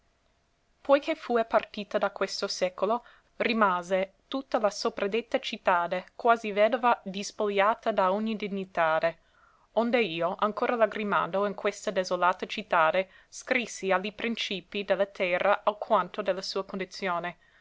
che fue partita da questo secolo rimase tutta la sopradetta cittade quasi vedova dispogliata da ogni dignitade onde io ancora lagrimando in questa desolata cittade scrissi a li prìncipi de la terra alquanto de la sua condizione